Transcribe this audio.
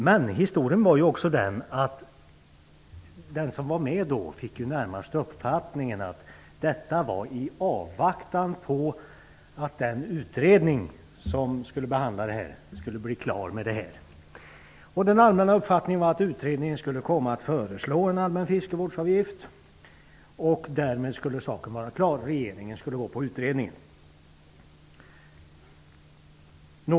Men historien är också att den som då var med närmast fick uppfattningen att detta ställningstagande gjordes i avvaktan på att den utredning som skulle behandla frågan blev klar. Den allmänna uppfattningen var att utredningen skulle komma att föreslå en allmän fiskevårdsavgift, och därmed skulle saken vara klar. Regeringen skulle följa utredningens förslag.